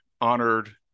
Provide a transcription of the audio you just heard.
honored